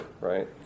right